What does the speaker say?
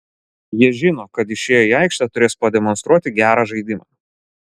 jie žino kad išėję į aikštę turės pademonstruoti gerą žaidimą